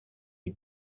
les